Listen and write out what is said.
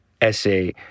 essay